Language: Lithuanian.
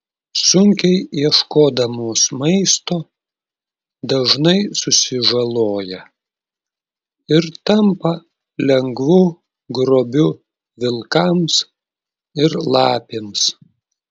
sunkiai ieškodamos maisto dažnai susižaloja ir tampa lengvu grobiu vilkams ir lapėms